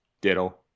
Diddle